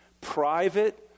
private